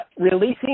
Releasing